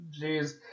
Jeez